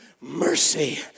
mercy